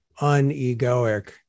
unegoic